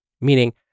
meaning